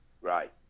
Right